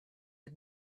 had